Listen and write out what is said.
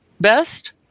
best